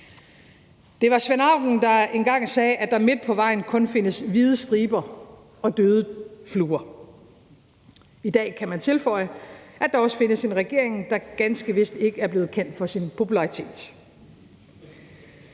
Det var Svend Auken, der engang sagde, at der midt på vejen kun findes hvide striber og døde fluer. I dag kan man tilføje, at der også findes en regering, der ganske vist ikke er blevet kendt for sin popularitet.